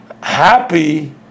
happy